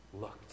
looked